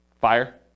Fire